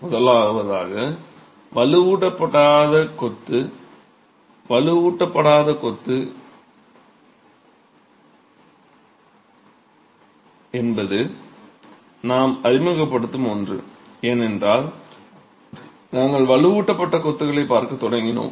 முதலாவதாக வலுவூட்டப்படாத கொத்து வலுவூட்டப்படாத கொத்து என்பது நாம் அறிமுகப்படுத்தும் ஒன்று ஏனென்றால் நாங்கள் வலுவூட்டப்பட்ட கொத்துகளைப் பார்க்கத் தொடங்கினோம்